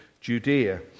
Judea